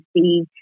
see